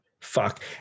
Fuck